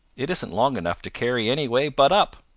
it isn't long enough to carry any way but up.